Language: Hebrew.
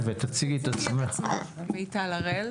מיטל הראל,